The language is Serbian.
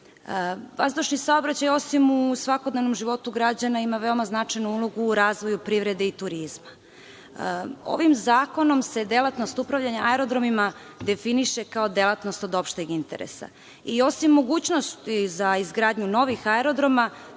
Vazdušni saobraćaj osim u svakodnevnom životu građana ima veoma značajnu ulogu u razvoju privrede i turizma. Ovim zakonom se delatnost upravljanja aerodromima definiše kao delatnost od opšteg interesa i osim mogućnosti za izgradnjom novih aerodroma